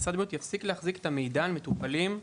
משרד הבריאות יפסיק להחזיק את המידע על מטופלים,